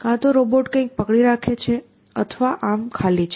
કાં તો રોબોટ કંઈક પકડી રાખે છે અથવા આર્મ ખાલી છે